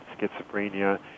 schizophrenia